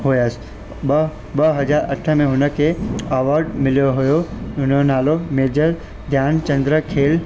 हुयुसि ॿ ॿ हज़ार अठ में हुनखे अवॉर्ड मिलियो हुयो हुनजो नालो मेजर ध्यानचंद खेल